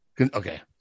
Okay